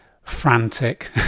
frantic